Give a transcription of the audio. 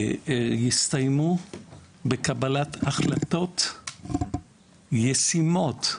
יסתיים בקבלת החלטות ישימות,